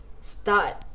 start